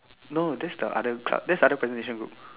no that's the other club that's other presentation group